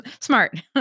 Smart